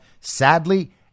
sadly